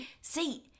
See